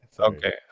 Okay